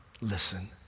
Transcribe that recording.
listen